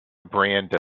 brand